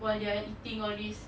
while you're eating all these